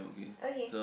okay